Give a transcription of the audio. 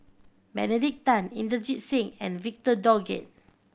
Benedict Tan Inderjit Singh and Victor Doggett